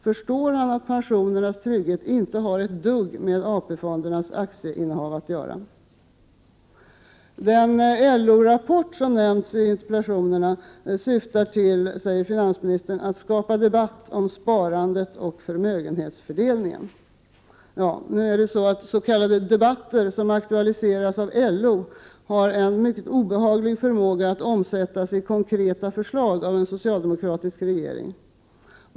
Förstår han att tryggandet av pensionerna inte har ett dugg med AP-fondernas aktieinnehav att göra? Den LO-rapport som nämns i interpellationerna syftar till att skapa debatt om sparandet och förmögenhetsfördelningen, säger finansministern. S.k. debatter som aktualiseras av LO har en mycket obehaglig förmåga att omsättas i konkreta förslag av en socialdemokratisk regering.